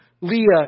Leah